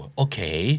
okay